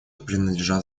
принадлежат